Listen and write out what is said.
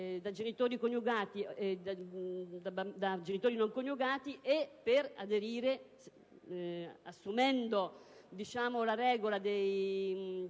da genitori non coniugati e aderire - assumendo la regola valida